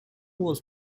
was